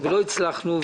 לא הצלחנו,